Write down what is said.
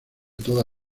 toda